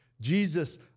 Jesus